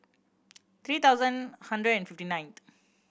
three thousand hundred and fifty ninth